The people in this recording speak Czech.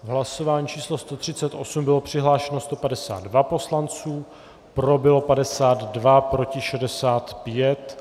V hlasování číslo 138 bylo přihlášeno 152 poslanců, pro bylo 52, proti 65.